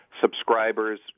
subscribers